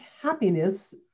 happiness